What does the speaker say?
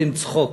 עושים צחוק.